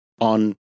on